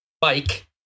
Bike